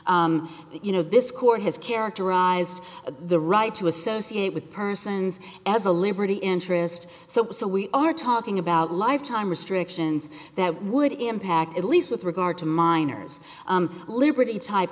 you know this court has characterized the right to associate with persons as a liberty interest so so we are talking about lifetime restrictions that would impact at least with regard to minors liberty type